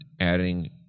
adding